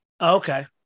Okay